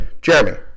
Jeremy